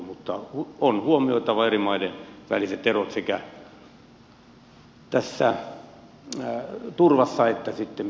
mutta on huomioitava eri maiden väliset erot sekä tässä turvassa että sitten myöskin työmarkkinoilla